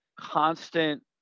constant